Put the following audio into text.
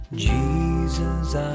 Jesus